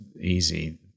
easy